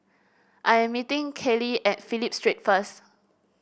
I am meeting Kale at Phillip Street first